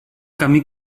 camí